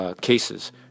cases